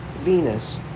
Venus